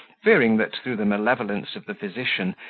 fearing that, through the malevolence of the physician,